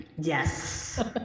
Yes